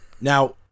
Now